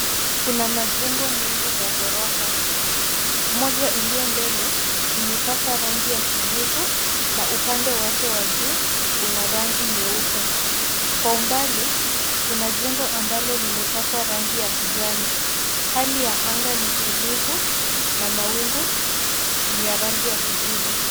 Kuna majengo mengi za ghorofa. Moja iliyo mbele imepakwa rangi ya kijivu na upande wake wa juu una rangi nyeupe. Kwa umbali kuna jengo ambalo limepakwa rangi ya kijani. Hali ya anga ni tulivu na mawingu ni ya rangi ya kijivu.